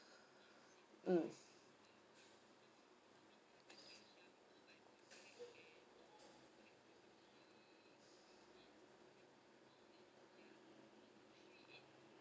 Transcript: mm